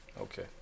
okay